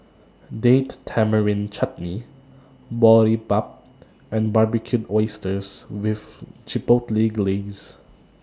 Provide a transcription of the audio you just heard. Date Tamarind Chutney Boribap and Barbecued Oysters with Chipotle Glaze